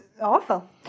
awful